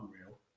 unreal